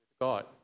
God